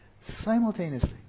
simultaneously